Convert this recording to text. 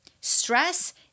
Stress